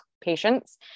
patients